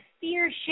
fear